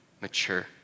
mature